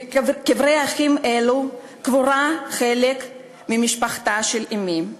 בקברי אחים אלה קבורה חלק ממשפחתה של אמי.